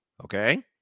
Okay